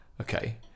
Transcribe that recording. Okay